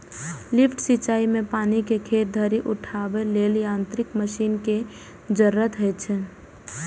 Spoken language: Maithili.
लिफ्ट सिंचाइ मे पानि कें खेत धरि उठाबै लेल यांत्रिक मशीन के जरूरत होइ छै